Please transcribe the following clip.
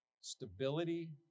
stability